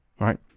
Right